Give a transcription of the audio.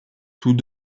tous